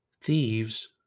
thieves